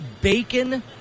bacon